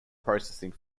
processing